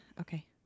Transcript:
Okay